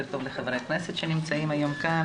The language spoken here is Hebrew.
לחברי הכנסת שנמצאים היום כאן.